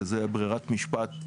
וזה ברירת משפט,